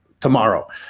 tomorrow